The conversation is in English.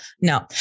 no